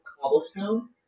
cobblestone